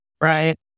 right